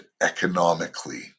economically